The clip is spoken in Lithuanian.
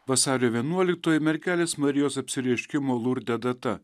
vasario vienuoliktoji mergelės marijos apsireiškimo lurde data